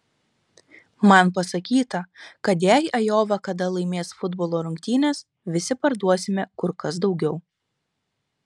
man pasakyta kad jei ajova kada laimės futbolo rungtynes visi parduosime kur kas daugiau